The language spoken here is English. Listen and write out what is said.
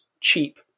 cheap